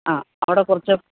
ആ അവിടെ കുറച്ച്